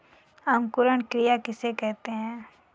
अंकुरण क्रिया किसे कहते हैं?